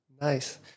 Nice